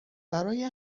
برای